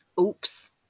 Oops